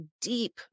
deep